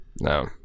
no